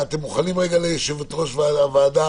אני לא מוכן לקבל את זה.